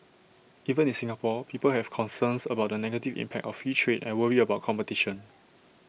even in Singapore people have concerns about the negative impact of free trade and worry about competition